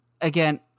again